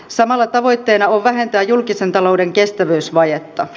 samalla tavoitteena on vähentää julkisen talouden kestävyysvajetta